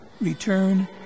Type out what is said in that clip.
return